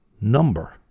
number